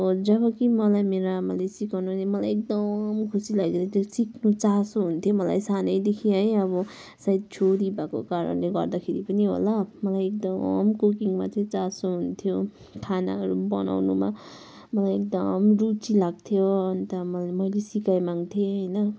जबकि मलाई मेरो आमाले सिकाउनु नै मलाई एकदम खुसी लागेको त्यो सिक्नु चासो हुन्थ्यो मलाई सानैदेखि है अब सायद छोरी भएको कारणले गर्दाखेरि पनि होला मलाई एकदम कुकिङमा चाहिँ चासो हुन्थ्यो खानाहरू बनाउनुमा मलाई एकदम रुचि लाग्थ्यो अन्त मैले सिकाइमाग्थे होइन